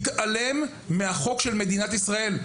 ולהתעלם מהחוק של מדינת ישראל.